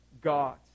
God